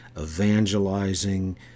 evangelizing